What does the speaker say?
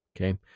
Okay